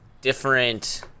different –